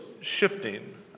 shifting